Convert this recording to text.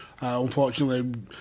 unfortunately